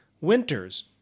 winters